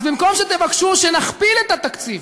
אז במקום שתבקשו שנכפיל את התקציב